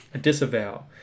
disavow